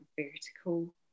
vertical